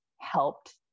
helped